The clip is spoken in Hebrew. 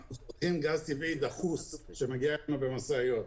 אנחנו צורכים גז טבעי דחוס שמגיע אלינו במשאיות.